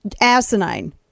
asinine